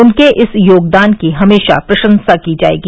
उनके इस योगदान की हमेशा प्रशंसा की जायेगी